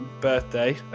birthday